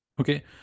Okay